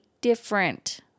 different